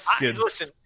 listen